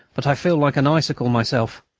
but i feel like an icicle myself.